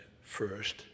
first